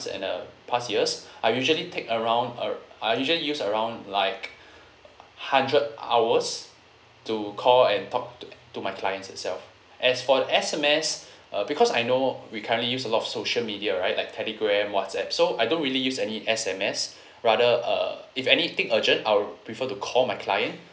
and uh past years I usually take around err I usually use around like hundred hours to call and talk to to my clients itself as for S_M_S uh because I know we currently use a lot of social media right like telegram whatsapp so I don't really use any S_M_S rather uh if anything urgent I'll prefer to call my client